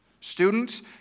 Students